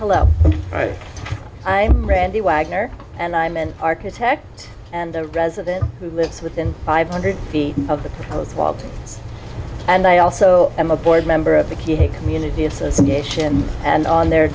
hello i'm randy wagner and i'm an architect and the resident who lives within five hundred feet of the proposed fault and i also am a board member of the key a community association and on their